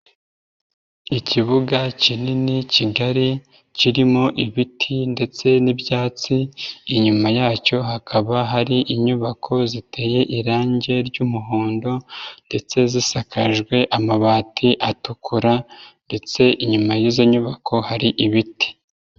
Ikibuga kinini kigari kirimo ibiti ndetse n'ibyatsi, inyuma yacyo hakaba hari inyubako ziteye irange ry'umuhondo ndetse zisakajwe amabati atukura ndetse inyuma y'izo nyubako hari ibiti.